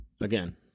again